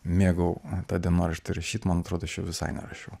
mėgau tą dienoraštį rašyt man atrodo visai nerašiau